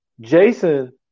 Jason